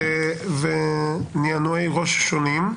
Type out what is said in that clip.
הנהונים ונענועי ראש שונים.